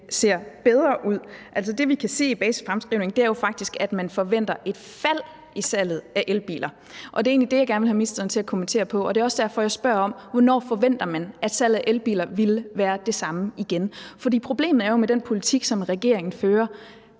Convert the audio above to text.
ser bedre ud. Altså, det, vi kan se i basisfremskrivningen, er jo faktisk, at man forventer et fald i salget af elbiler, og det er egentlig det, jeg gerne vil have ministeren til at kommentere. Og det er også derfor, jeg spørger: Hvornår forventer man, at salget af elbiler vil være det samme igen? Problemet med den politik, som regeringen fører,